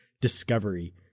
discovery